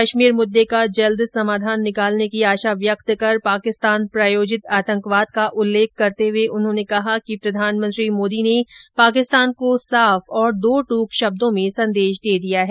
कश्मीर मुद्दे का जल्द समाधान निकालने की आशा व्यक्त कर पाकिस्तान प्रायोजित आतंकवाद का उल्लेख करते हुए उन्होंने कहा कि प्रधानमंत्री मोदी ने पाकिस्तान को साफ और दो टूक शब्दों में संदेश दे दिया है